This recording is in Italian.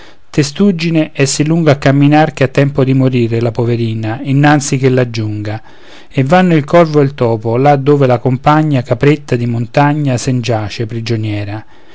lunga a camminar che ha tempo di morire la poverina innanzi ch'ella giunga e vanno il corvo e il topo là dove la compagna capretta di montagna sen giace prigioniera